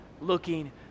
looking